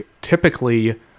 typically